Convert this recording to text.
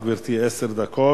גברתי, יש לך עשר דקות.